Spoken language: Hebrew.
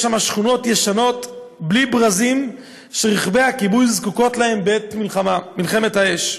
יש שם שכונות ישנות בלי ברזים שרכבי הכיבוי זקוקים להם בעת המלחמה באש.